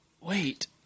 wait –